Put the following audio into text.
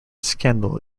scandal